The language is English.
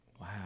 wow